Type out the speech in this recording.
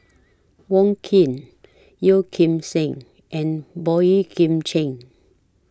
Wong Keen Yeo Kim Seng and Boey Kim Cheng